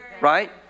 right